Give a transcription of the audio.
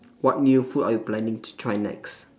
what new food are you planning to try next